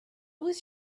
was